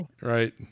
right